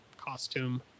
costume